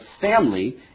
family